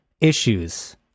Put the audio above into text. issues